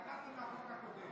בבקשה.